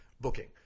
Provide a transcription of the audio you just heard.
booking